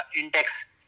index